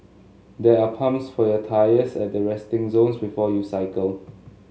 there are pumps for your tyres at the resting zones before you cycle